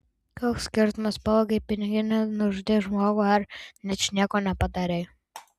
koks skirtumas pavogei piniginę nužudei žmogų ar ničnieko nepadarei